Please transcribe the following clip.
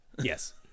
yes